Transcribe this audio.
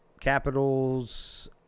Capitals